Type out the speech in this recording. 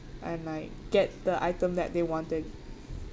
and like get the item that they wanted